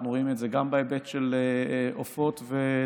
אנחנו רואים את זה גם בהיבט של עופות ולולים.